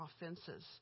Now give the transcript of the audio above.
offenses